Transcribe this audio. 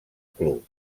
club